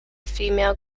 female